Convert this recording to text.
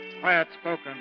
quiet-spoken